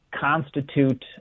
constitute